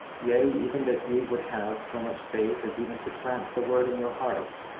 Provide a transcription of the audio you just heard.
yea, even that ye would have so much faith as even to plant the word in your hearts,